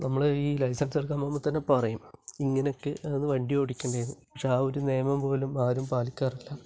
നമ്മൾ ഈ ലൈസൻസ് എടുക്കാൻ പോകുമ്പോൾ തന്നെ പറയും ഇങ്ങനെയൊക്കെ ആണ് വണ്ടി ഓടിക്കണ്ടതെന്ന് പക്ഷെ ആ ഒരു നിയമം പോലും ആരും പാലിക്കാറില്ല